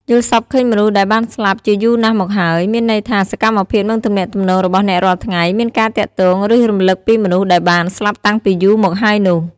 យល់សប្តិឃើញមនុស្សដែលបានស្លាប់ជាយូរណាស់មកហើយ មានន័យថា សកម្មភាព និងទំនាក់ទំនងរបស់អ្នករាល់ថ្ងៃ មានការទាក់ទងឬ រំលឹកពីមនុស្សដែលបាន ស្លាប់តាំងពីយូរមកហើយនោះ។